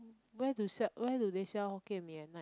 where do sell where do they sell hokkien mee at night